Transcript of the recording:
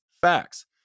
facts